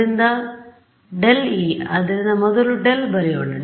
ಆದ್ದರಿಂದ ∇e ಆದ್ದರಿಂದ ಮೊದಲು ∇ ಬರೆಯೋಣ